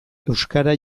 euskara